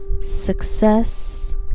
success